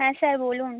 হ্যাঁ স্যার বলুন